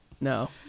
No